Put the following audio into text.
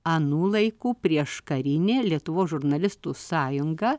anų laikų prieškarinė lietuvos žurnalistų sąjunga